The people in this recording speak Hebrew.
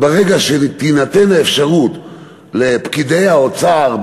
ברגע שתינתן האפשרות לפקידי האוצר,